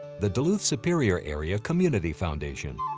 the duluth superior area community foundation,